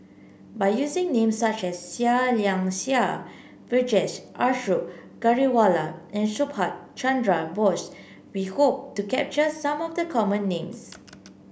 by using names such as Seah Liang Seah Vijesh Ashok Ghariwala and Subhas Chandra Bose we hope to capture some of the common names